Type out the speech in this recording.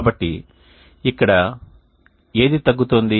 కాబట్టి ఇక్కడ ఏది తగ్గుతోంది